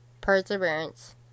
perseverance